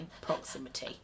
proximity